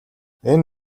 энэ